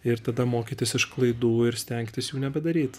ir tada mokytis iš klaidų ir stengtis jų nebedaryt